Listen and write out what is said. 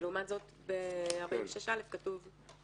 ולעומת זאת בסעיף 46(א) כתוב "בשר".